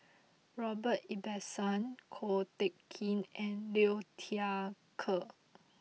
Robert Ibbetson Ko Teck Kin and Liu Thai Ker